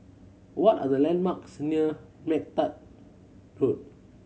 what are the landmarks near MacTaggart Road